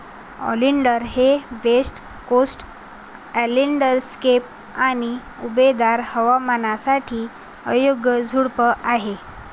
oleander हे west coast landscape आणि उबदार हवामानासाठी योग्य झुडूप आहे